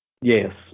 yes